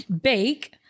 bake